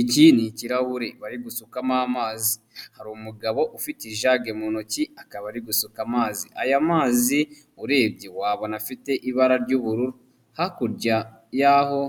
Iki ni ikihure bari gusukamo amazi, hari umugabo ufite ijage mu ntoki akaba ari gusuka amazi. Aya mazi urebye wabona afite ibara ry'ubururu, hakurya y'aho